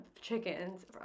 chickens